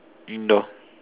indoor